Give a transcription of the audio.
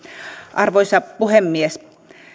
arvoisa puhemies